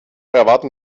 erwarten